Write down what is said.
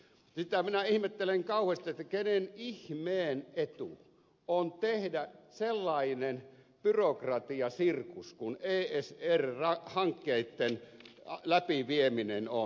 sitä minä ihmettelen kauheasti kenen ihmeen etu on tehdä sellainen byrokratiasirkus kuin esr hankkeitten läpivieminen on